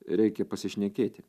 reikia pasišnekėti